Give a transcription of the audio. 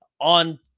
on